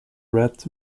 red